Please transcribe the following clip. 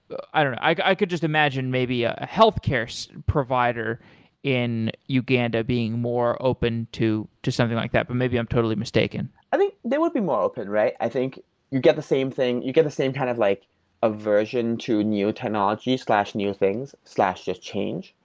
i could just imagine maybe a healthcare so provider in uganda being more open to to something like that, but maybe i'm totally mistaken i think they would be more open, right? i think you get the same thing. you get the same kind of like aversion to new technology new things just change,